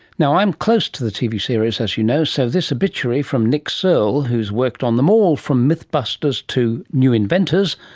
now, i'm close to the tv series, as you know, so this obituary from nick searle, who has worked on them all, from mythbusters to new inventors,